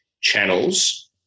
channels